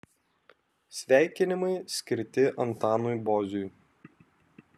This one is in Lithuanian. sveikinimai skirti antanui boziui